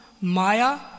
Maya